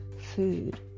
food